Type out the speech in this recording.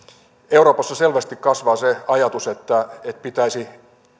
euroopassa selvästi kasvaa se ajatus että pitäisi